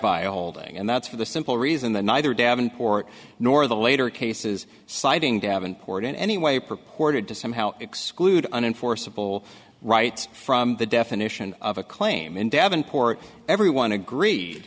a holding and that's for the simple reason that neither davenport nor the later cases citing davenport in any way purported to somehow exclude unenforceable right from the definition of a claim in davenport everyone agreed